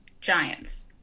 Giants